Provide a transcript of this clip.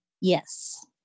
yes